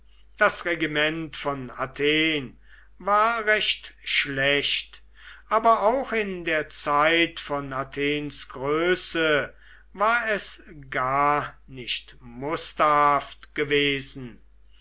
das regiment von athen war recht schlecht aber auch in der zeit von athens größe war es gar nicht musterhaft gewesen